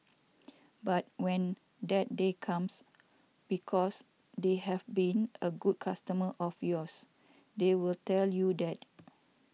but when that day comes because they have been a good customer of yours they will tell you that